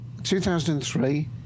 2003